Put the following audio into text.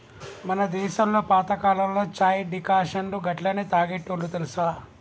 మన దేసంలో పాతకాలంలో చాయ్ డికాషన్ను గట్లనే తాగేటోల్లు తెలుసా